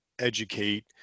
educate